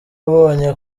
abonye